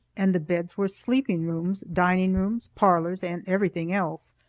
and the beds were sleeping rooms, dining rooms, parlors, and everything else,